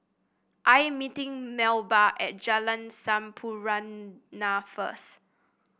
I am meeting Melba at Jalan Sampurna first